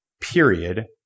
period